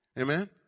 Amen